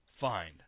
find